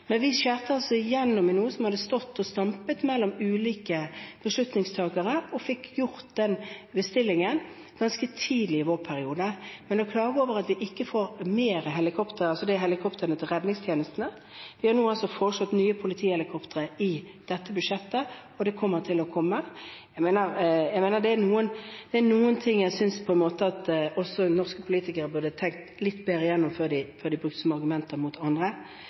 Men vi skar altså igjennom i noe som hadde stått og stampet mellom ulike beslutningstakere, og fikk gjort den bestillingen ganske tidlig i vår periode. Men å klage over at vi ikke får flere helikoptre til redningstjenestene – vi har foreslått nye politihelikoptre i dette budsjettet, og det kommer til å komme. Det er noen ting jeg synes at også norske politikere burde tenkt litt bedre igjennom før de bruker det som argumenter mot andre.